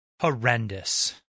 horrendous